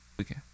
Okay